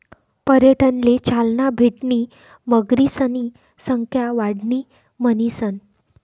पर्यटनले चालना भेटणी मगरीसनी संख्या वाढणी म्हणीसन